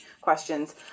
Questions